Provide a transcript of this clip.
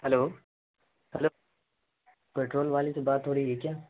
hello hello petrol والے سے بات ہو رہی ہے کیا